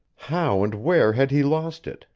how and where had he lost it,